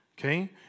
Okay